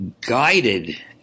guided